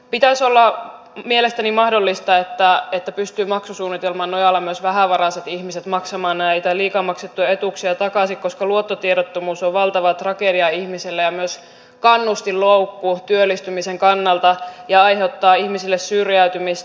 pitäisi olla mielestäni mahdollista että maksusuunnitelman nojalla myös vähävaraiset ihmiset pystyvät maksamaan näitä liikaa maksettuja etuuksia takaisin koska luottotiedottomuus on valtava tragedia ihmiselle ja myös kannustinloukku työllistymisen kannalta ja aiheuttaa ihmisille syrjäytymistä